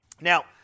Now